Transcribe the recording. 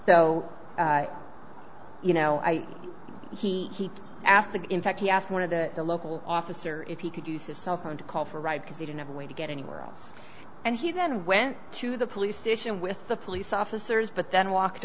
so you know he asked in fact he asked one of the local officer if he could use his cell phone to call for a ride because he didn't have a way to get anywhere else and he then went to the police station with the police officers but then walked